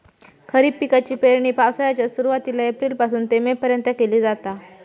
खरीप पिकाची पेरणी पावसाळ्याच्या सुरुवातीला एप्रिल पासून ते मे पर्यंत केली जाता